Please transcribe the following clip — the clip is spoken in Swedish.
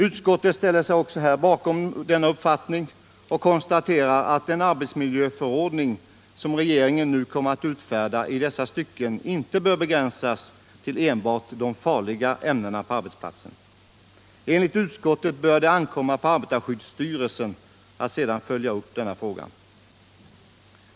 Utskottet ställer sig bakom denna uppfattning och konstaterar att den arbetsmiljöförordning som regeringen nu kommer att utfärda i dessa stycken inte bör begränsas till enbart de farliga ämnena på arbetsplatsen. Enligt utskottet bör det ankomma på arbetarskyddsstyrelsen att sedan följa upp denna fråga.